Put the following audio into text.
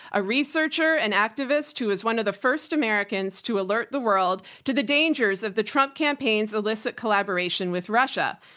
a researcher and activist who is one of the first americans to alert the world to the dangers of the trump campaign's illicit collaboration with russia.